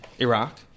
Iraq